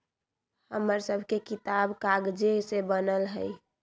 हमर सभके किताब कागजे से बनल हइ